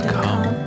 come